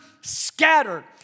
scattered